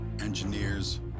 engineers